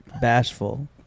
bashful